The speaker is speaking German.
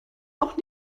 noch